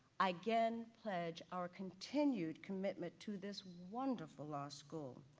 i again pledge our continued commitment to this wonderful law school,